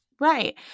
Right